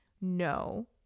No